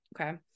okay